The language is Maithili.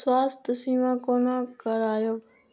स्वास्थ्य सीमा कोना करायब?